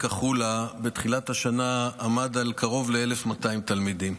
החולה עמד על קרוב ל-1,200 תלמידים.